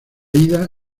ida